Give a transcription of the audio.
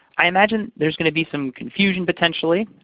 i imagine there's going to be some confusion, potentially,